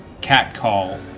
catcall